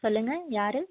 சொல்லுங்கள் யார்